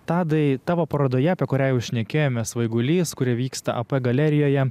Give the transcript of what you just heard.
tadai tavo parodoje apie kurią jau šnekėjome svaigulys kuri vyksta ap galerijoje